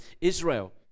Israel